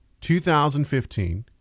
2015